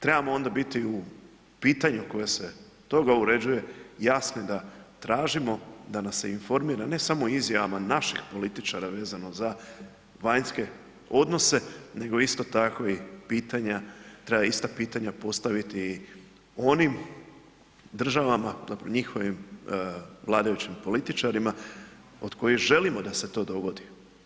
Trebamo onda biti u pitanju koje se toga uređuje jasni da tražimo da nas se informira ne samo u izjavama naših političara vezano za vanjske odnose nego isto tako i pitanja, treba ista pitanja postaviti i onim državama, njihovim vladajućim političarima od kojih želimo da se to dogodi.